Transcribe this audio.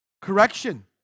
correction